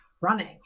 running